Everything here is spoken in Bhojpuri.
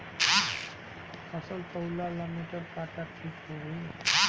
फसल तौले ला मिटर काटा ठिक होही?